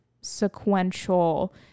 sequential